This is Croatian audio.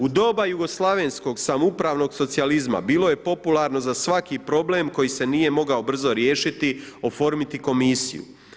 U doba jugoslavenskog samoupravnog socijalizma bilo je popularno za svaki problem koji se nije mogao brzo riješiti oformiti komisiju.